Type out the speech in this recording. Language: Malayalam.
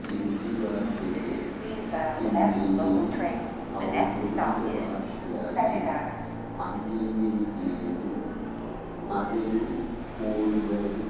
ഹിന്ദി ഭാഷയെ ഇന്ത്യയിൽ ഔദ്യോഗിക ഭാഷയായി അംഗീകരിക്കുകയും അതിൽ കൂടുതൽ